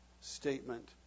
statement